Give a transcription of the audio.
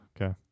Okay